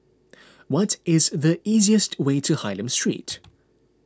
what is the easiest way to Hylam Street